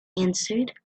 answered